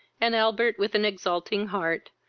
and albert, with an exulting heart,